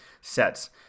sets